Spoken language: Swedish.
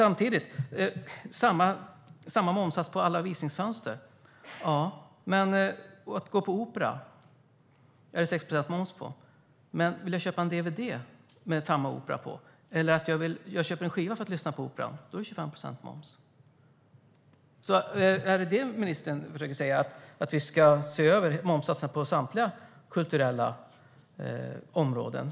Samtidigt talar ministern om samma momssats på alla visningsfönster. Det är 6 procents moms på att gå på opera. Men om man vill köpa en dvd eller en skiva med samma opera är det 25 procents moms. Försöker ministern säga att vi ska se över momssatsen på samtliga kulturella områden?